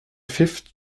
fifth